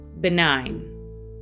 benign